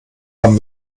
haben